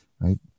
right